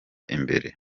imbere